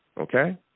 okay